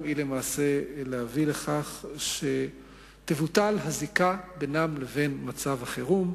למעשה להביא לכך שתבוטל הזיקה בינם לבין מצב החירום.